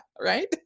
right